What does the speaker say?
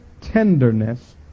tenderness